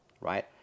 right